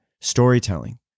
storytelling